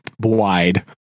wide